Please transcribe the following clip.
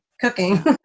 cooking